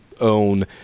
own